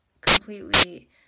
completely